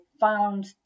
found